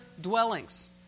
dwellings